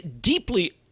deeply